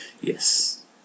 Yes